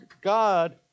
God